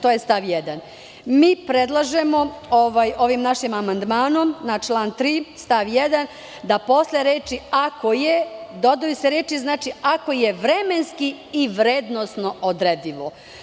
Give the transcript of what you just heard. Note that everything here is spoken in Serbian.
To je stav 1. Mi predlažemo ovim našim amandmanom na član 3. stav 1. da se posle reči: "ako je", dodaju reči: "vremenski i vrednosno odredivo"